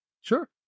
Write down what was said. Sure